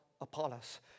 Apollos